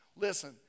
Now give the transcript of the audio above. Listen